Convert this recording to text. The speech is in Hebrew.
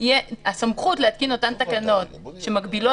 הסמכות להתקין אותן תקנות שמגבילות